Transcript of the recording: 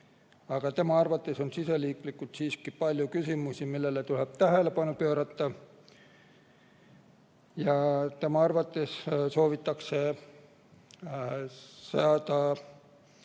Tema arvates on meil siseriiklikult siiski palju küsimusi, millele tuleb tähelepanu pöörata, ja tema arvates soovitakse teha